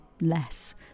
less